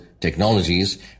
Technologies